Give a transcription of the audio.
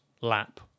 lap